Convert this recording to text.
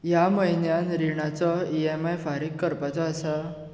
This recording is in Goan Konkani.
ह्या म्हयन्यांत रिणाचो ई एम आय फारीक करपाचो आसा